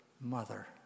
mother